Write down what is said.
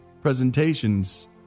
Presentations